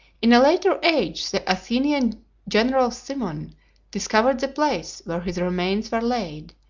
in a later age the athenian general cimon discovered the place where his remains were laid,